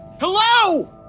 Hello